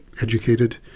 educated